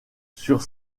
sur